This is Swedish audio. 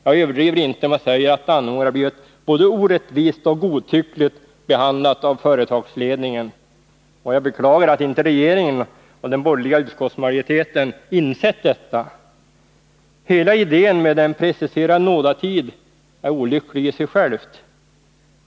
Jag överdriver inte om jag säger att Dannemora har blivit både orättvist och godtyckligt behandlat av företagsledningen. Jag beklagar att regeringen och den borgerliga utskottsmajoriteten inte insett detta. Hela idén med en preciserad nådatid är olycklig i sig själv.